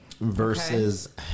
Versus